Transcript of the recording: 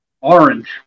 Orange